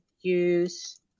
use